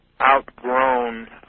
outgrown